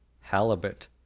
halibut